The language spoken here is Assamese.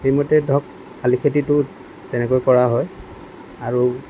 সেইমতে ধৰক শালি খেতিটোত তেনেকৈ কৰা হয় আৰু